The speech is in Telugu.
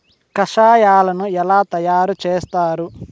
కషాయాలను ఎలా తయారు చేస్తారు?